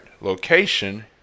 location